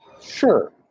Sure